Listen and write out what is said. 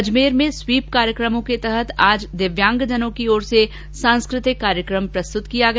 अजमेर में स्वीप कार्यक्रमों के तहत आज दिव्यांगजनों की ओर से सांस्कृतिक कार्यक्रम प्रस्तुत किया गया